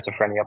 schizophrenia